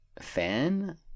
fan